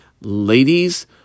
ladies